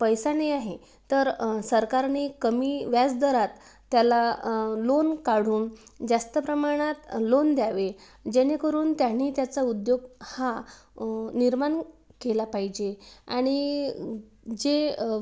पैसा नाही आहे तर सरकारने कमी व्याज दरात त्याला लोन काढून जास्त प्रमाणात लोन द्यावे जेणेकरून त्यांनी त्याचा उद्योग हा निर्माण केला पाहिजे आणि जे